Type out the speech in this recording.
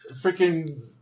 Freaking